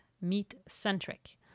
meat-centric